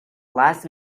last